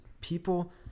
people